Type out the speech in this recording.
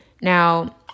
Now